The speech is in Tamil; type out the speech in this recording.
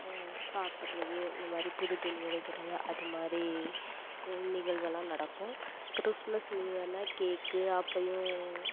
சாப்பிட்றது இந்த மாதிரி புது துணி எடுக்கிறது அது மாதிரி நிகழ்வெல்லாம் நடக்கும் கிறிஸ்மஸ் நியூ இயர்னால் கேக்கு அப்பயும்